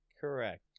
Correct